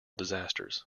disasters